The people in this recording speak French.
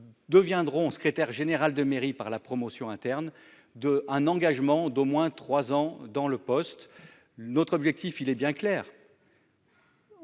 deviendront, secrétaire général de mairie par la promotion interne de un engagement d'au moins 3 ans dans le poste. Notre objectif, il est bien clair.